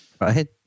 Right